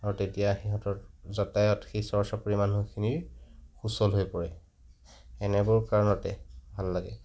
আৰু তেতিয়া সিহঁতৰ যাতায়াত সেই চৰ চাপৰি মানুহখিনিৰ সুচল হৈ পৰে এনেবোৰ কাৰণতে ভাল লাগে